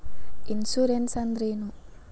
Insurance ಅಂದ್ರ ಏನು?